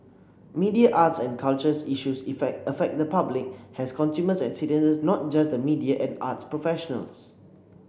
media arts and cultures issues effect affect the public as consumers and citizens not just the media and arts professionals